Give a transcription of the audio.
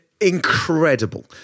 incredible